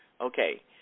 okay